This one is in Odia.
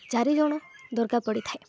ଚାରି ଜଣ ଦରକାର ପଡ଼ିଥାଏ